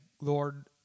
Lord